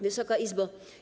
Wysoka Izbo!